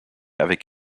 avec